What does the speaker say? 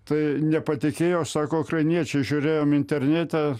tai nepatikėjo sako ukrainiečiai žiūrėjom internete